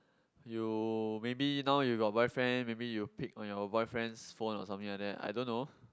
you maybe now you got boyfriend maybe you peep on your boyfriend's phone or something like that I don't know